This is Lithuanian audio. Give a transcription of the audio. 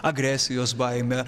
agresijos baimę